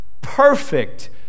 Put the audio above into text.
perfect